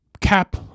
cap